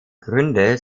gründe